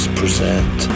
present